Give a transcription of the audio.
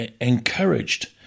encouraged